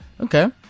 Okay